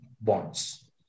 bonds